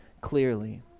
clearly